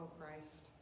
Christ